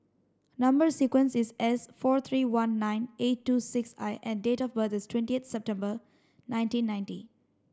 number sequence is S four three one nine eight two six I and date of birth is twenty eight September nineteen ninety